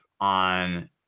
on